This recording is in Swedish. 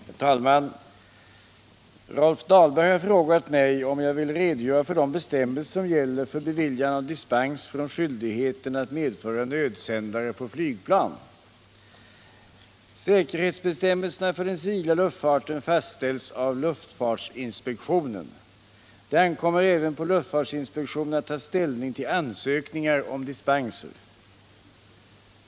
Herr talman! Rolf Dahlberg har frågat mig om jag vill redogöra för de bestämmelser som gäller för beviljande av dispens från skyldigheten att medföra nödsändare på flygplan. Säkerhetsbestämmelserna för den civila luftfarten fastställs av luftfartsinspektionen. Det ankommer även på luftfartsinspektionen att ta ställning till ansökningar om dispenser.